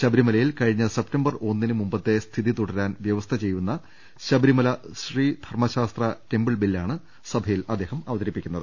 ശബരിമലയിൽ കഴിഞ്ഞ സെപ്റ്റംബർ ഒന്നിന് മുമ്പത്തെ സ്ഥിതി തുടരാൻ വ്യവസ്ഥ ചെയ്യുന്ന ശബ രിമല ശ്രീ ധർമ്മശാസ്താ ടെമ്പിൾ ബില്ലാണ് സഭയിൽ അവ തരിപ്പിക്കുന്നത്